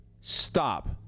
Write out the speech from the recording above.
Stop